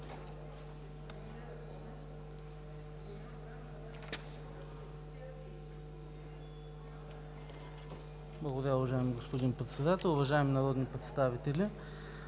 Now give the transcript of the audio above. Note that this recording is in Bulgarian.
Благодаря, уважаеми господин Председател. Уважаеми народни представители,